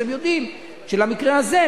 אז הם יודעים שלמקרה הזה,